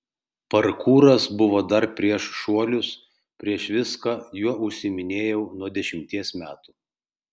parkūras buvo dar prieš šuolius prieš viską juo užsiiminėjau nuo dešimties metų